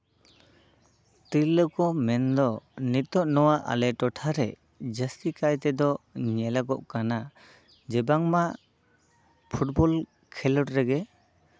ᱛᱤᱨᱞᱟᱹ ᱠᱚ ᱢᱮᱱ ᱫᱚ ᱱᱤᱛᱚᱜ ᱱᱚᱣᱟ ᱟᱞᱮ ᱴᱚᱴᱷᱟᱨᱮ ᱡᱟᱹᱥᱛᱤ ᱠᱟᱭ ᱛᱮᱫᱚ ᱧᱮᱞᱚᱜᱚᱜ ᱠᱟᱱᱟ ᱡᱮ ᱵᱟᱝᱢᱟ ᱯᱷᱩᱴᱵᱚᱞ ᱠᱷᱮᱞᱳᱰ ᱨᱮᱜᱮ